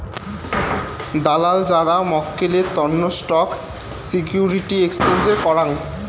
দালাল যারা মক্কেলের তন্ন স্টক সিকিউরিটি এক্সচেঞ্জের করাং